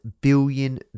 billion